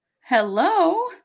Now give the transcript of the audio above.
Hello